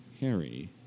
Harry